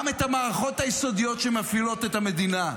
גם את המערכות היסודיות שמפעילות את המדינה,